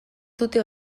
dute